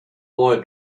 boy